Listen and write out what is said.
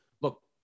Look